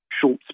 short